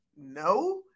No